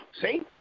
See